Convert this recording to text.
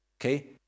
okay